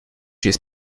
jest